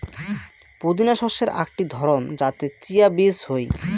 পুদিনা শস্যের আকটি ধরণ যাতে চিয়া বীজ হই